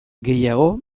gehiago